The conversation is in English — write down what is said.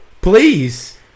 Please